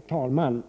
talman!